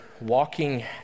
walking